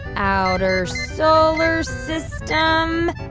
outer solar system,